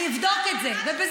1. אגב,